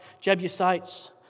Jebusites